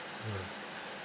mmhmm